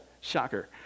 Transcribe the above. shocker